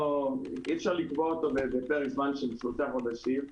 אי אפשר לקבוע את זה בפרק זמן של שלושה חודשים.